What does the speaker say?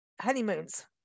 honeymoons